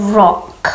rock